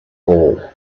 all